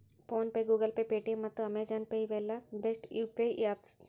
phone pay, Google pay, Paytm ಮತ್ತ Amazon pay ಇವೆಲ್ಲ best UPI apps